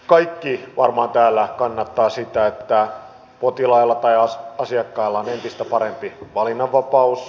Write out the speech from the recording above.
kaikki varmaan täällä kannattavat sitä että potilailla tai asiakkailla on entistä parempi valinnanvapaus